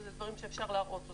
ואלה דברים שאפשר להראות אותם.